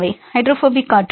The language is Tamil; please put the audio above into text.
மாணவர் ஹைட்ரோபோபிக் ஆற்றல்